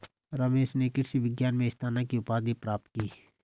रमेश ने कृषि विज्ञान में स्नातक की उपाधि प्राप्त की